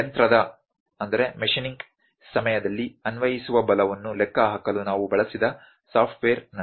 ಯಂತ್ರದ ಸಮಯದಲ್ಲಿ ಅನ್ವಯಿಸುವ ಬಲವನ್ನು ಲೆಕ್ಕಹಾಕಲು ನಾನು ಬಳಸಿದ ಸಾಫ್ಟ್ವೇರ್ನಂತೆ